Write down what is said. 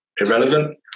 irrelevant